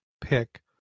pick